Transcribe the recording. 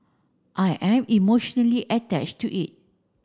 I am emotionally attached to it